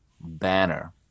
banner